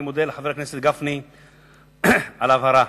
אני מודה לחבר הכנסת גפני על ההבהרה.